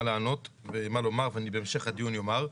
לענות ומה לומר ואני בהמשך הדיון אומר,